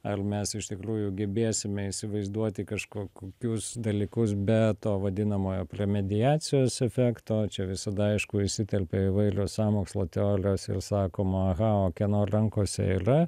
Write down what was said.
ar mes iš tikrųjų gebėsime įsivaizduoti kažkok kius dalykus be to vadinamojo premediacijos efekto čia visada aišku įsiterpia įvailios sąmokslo teolijos il sakoma aha o kieno rankose yra